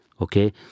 Okay